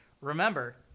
remember